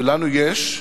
שלנו יש,